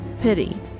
pity